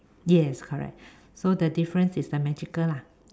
yes correct so the difference is the magical lah